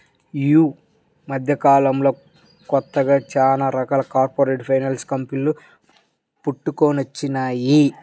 యీ మద్దెకాలంలో కొత్తగా చానా రకాల కార్పొరేట్ ఫైనాన్స్ కంపెనీలు పుట్టుకొచ్చినియ్యి